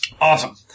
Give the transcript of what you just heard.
Awesome